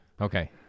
Okay